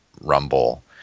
Rumble